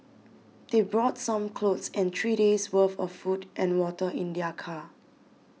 they brought some clothes and three days' worth of food and water in their car